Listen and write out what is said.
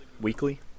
weekly